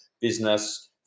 business